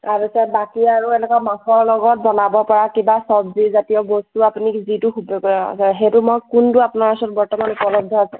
তাৰপিছত বাকী আৰু এনেকুৱা মাছৰ লগত বনাব পৰা কিবা চব্জি জাতীয় বস্তু আপুনি যিটো সেইটো মই কোনটো আপোনাৰ ওচৰত বৰ্তমান উপলব্ধ আছে